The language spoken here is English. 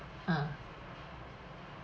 ah